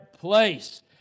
place